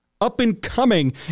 up-and-coming